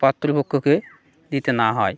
পাত্রপক্ষকে দিতে না হয়